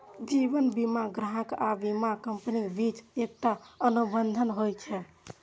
जीवन बीमा ग्राहक आ बीमा कंपनीक बीच एकटा अनुबंध होइ छै